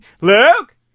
luke